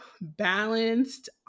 balanced